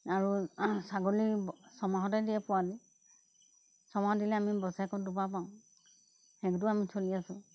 আৰু ছাগলী ছমাহতে দিয়ে পোৱালি ছমাহত দিলে আমি বছৰেকত দুবাৰ পাওঁ সেইগতে আমি চলি আছোঁ